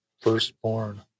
firstborn